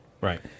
Right